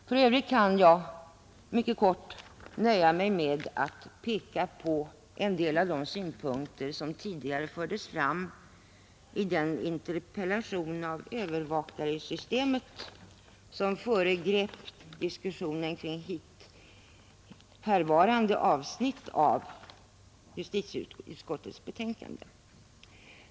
För övrigt kan jag nöja mig med att mycket kort peka på en del av de synpunkter som tidigare har förts fram i den interpellation beträffande övervakarsystemet som föregrep diskussionen om hithörande avsnitt av justitieutskottets betänkande.